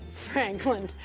franklin,